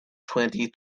twenty